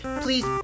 Please